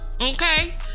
okay